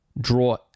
draw